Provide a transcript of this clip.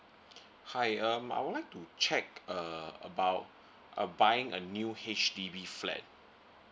hi um I would like to check uh about uh buying a new H_D_B flat